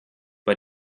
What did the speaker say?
bei